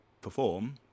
perform